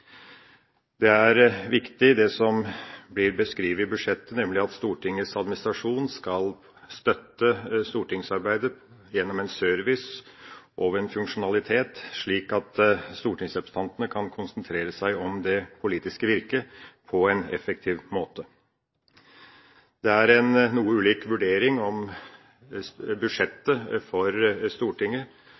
Det er viktig det som blir beskrevet i budsjettet, nemlig at Stortingets administrasjon skal støtte stortingsarbeidet gjennom en service og en funksjonalitet, slik at stortingsrepresentantene kan konsentrere seg om det politiske virket på en effektiv måte. Det er en noe ulik vurdering om budsjettet for Stortinget.